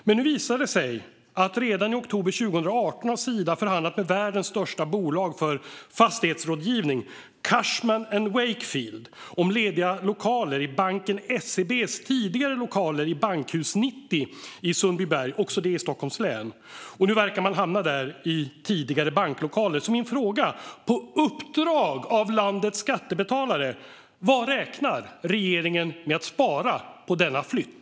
Men nu visar det sig att redan i oktober 2018 hade Sida förhandlat med världens största bolag för fastighetsrådgivning, Cushman & Wakefield, om lediga lokaler i banken SEB:s tidigare lokaler i Bankhus 90 i Sundbyberg - också det i Stockholms län. Nu verkar man hamna där i tidigare banklokaler. På uppdrag av landets skattebetalare: Vad räknar regeringen med att spara på denna flytt?